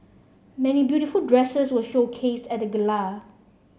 many beautiful dresses were showcased at the gala